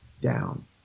down